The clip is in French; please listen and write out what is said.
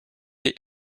est